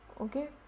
Okay